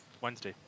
Wednesday